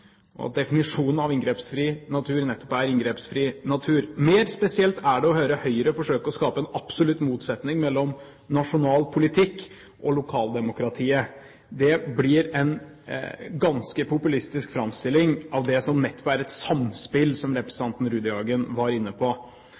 og at definisjonen av «inngrepsfri natur» nettopp er inngrepsfri natur. Mer spesielt er det å høre Høyre forsøke å skape en absolutt motsetning mellom nasjonal politikk og lokaldemokratiet. Det blir en ganske populistisk framstilling av det som nettopp er et samspill, som representanten Rudihagen var inne på.